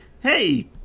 Hey